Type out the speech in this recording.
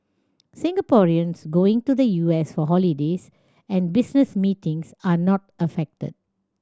Singaporeans going to the U S for holidays and business meetings are not affected